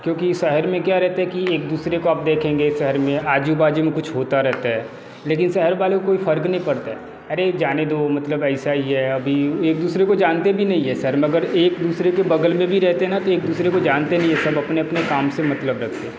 क्योंकि शहर में क्या रहता है कि एक दुसरे को आप देखेंगे शहर में आज़ु बाज़ु में कुछ होता रहता है लेकिन शहर वाले को कोई फ़र्क़ नहीं पड़ता है अरे जाने दो मतलब ऐसा ही है अभी एक दूसरे को जानते भी नहीं है सर मगर एक दूसरे के बग़ल में भी रहते ना तो एक दुसरे को जानते नहीं है सब अपने अपने काम से मतलब रखते